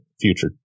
future